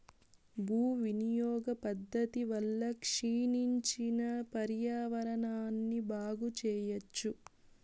భూ వినియోగ పద్ధతి వల్ల క్షీణించిన పర్యావరణాన్ని బాగు చెయ్యచ్చు